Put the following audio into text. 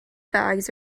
bags